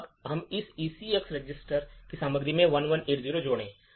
अब आप इस ECX रजिस्टर की सामग्री में 1180 जोड़ें